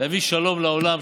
ויביא שלום לעולם,